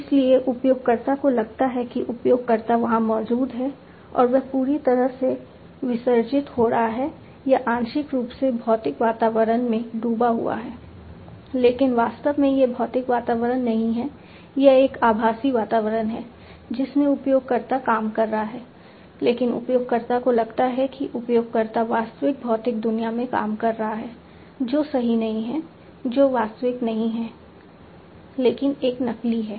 इसलिए उपयोगकर्ता को लगता है कि उपयोगकर्ता वहां मौजूद है और वह पूरी तरह से विसर्जित हो रहा है या आंशिक रूप से भौतिक वातावरण में डूबा हुआ है लेकिन वास्तव में यह भौतिक वातावरण नहीं है यह एक आभासी वातावरण है जिसमें उपयोगकर्ता काम कर रहा है लेकिन उपयोगकर्ता को लगता है कि उपयोगकर्ता वास्तविक भौतिक दुनिया में काम कर रहा है जो सही नहीं है जो वास्तविक नहीं है लेकिन एक नकली है